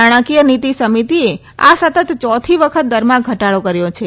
નાણાંકીય નીતી સમીતીએ આ સતત યોથી વખત દરમાં ઘટાડો કર્યો છે